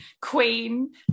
Queen